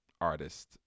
artist